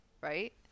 right